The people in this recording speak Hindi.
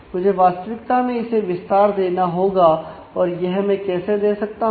मुझे वास्तविकता में इसे विस्तार देना होगा और यह मैं कैसे करता हूं